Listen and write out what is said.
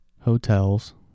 hotels